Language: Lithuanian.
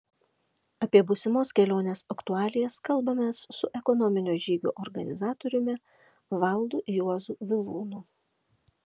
apie būsimos kelionės aktualijas kalbamės su ekonominio žygio organizatoriumi valdu juozu vilūnu